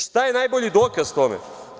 Šta je najbolji dokaz tome?